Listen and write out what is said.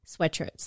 sweatshirts